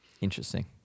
interesting